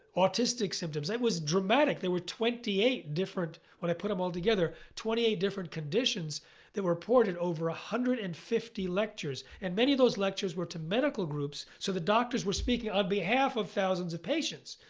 autistic symptoms. it was dramatic. there were twenty eight different when i put them all together, twenty eight different conditions that were reported over one ah hundred and fifty lectures and many of those lectures were to medical groups so the doctors were speaking on behalf of thousands of patients.